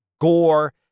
gore